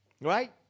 Right